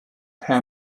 how